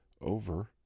over